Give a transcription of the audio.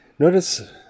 Notice